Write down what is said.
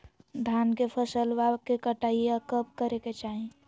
धान के फसलवा के कटाईया कब करे के चाही?